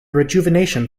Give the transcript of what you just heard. rejuvenation